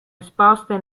esposte